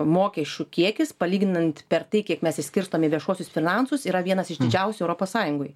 mokesčių kiekis palyginant per tai kiek mes išskirstom į viešuosius finansus yra vienas iš didžiausių europos sąjungoj